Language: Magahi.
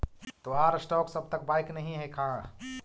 तोहार स्टॉक्स अब तक बाइक नही हैं का